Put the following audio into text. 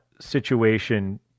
situation